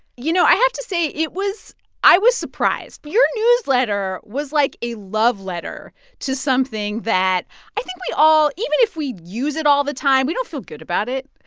you know, i have to say, it was i was surprised. but your newsletter was like a love letter to something that i think we all even if we use it all the time, we don't feel good about it.